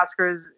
Oscars